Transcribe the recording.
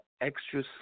extra